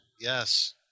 Yes